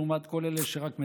לעומת כל אלה שרק מדברים.